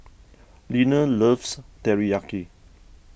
Leaner loves Teriyaki